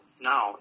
now